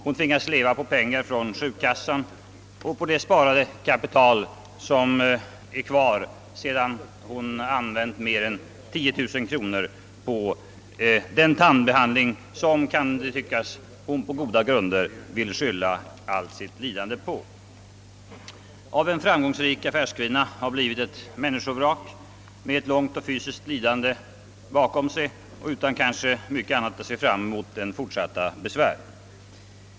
Hon tvingas leva på pengar från sjukkassan och på det sparade kapital hon har kvar sedan mer än 10 000 kronor gått åt till den tandbehandling som hon på — kan det tyckas — goda grunder vill skylla allt sitt lidande på. Av en framgångsrik affärskvinna har blivit ett människovrak med ett långt fysiskt och psykiskt lidande bakom sig och kanske utan mycket annat att se fram mot än fortsatta lidanden.